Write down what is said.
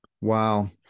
Wow